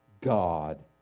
God